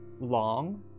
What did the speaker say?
long